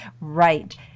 Right